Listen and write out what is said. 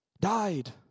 died